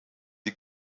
die